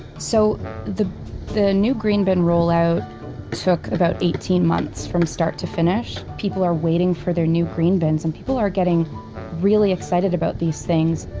so the the new green bin rollout took about eighteen months from start to finish. people are waiting for their new green bins, and people are getting really excited about these things.